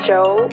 Joe